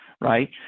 right